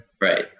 Right